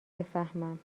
بفهمم